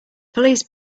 police